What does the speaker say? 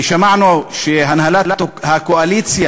כבר מתגלגלת, ושמענו שהנהלת הקואליציה